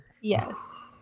Yes